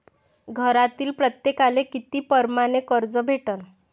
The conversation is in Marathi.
घरातील प्रत्येकाले किती परमाने कर्ज भेटन?